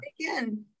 Again